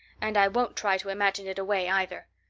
and i won't try to imagine it away, either.